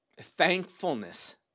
thankfulness